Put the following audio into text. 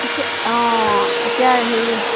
পিছে অ' এতিয়া হেৰি